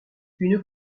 une